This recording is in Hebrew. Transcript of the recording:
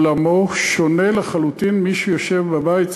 עולמו שונה לחלוטין מעולמו של מי שיושב בבית,